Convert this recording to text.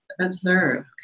observe